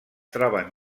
troben